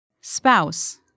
Spouse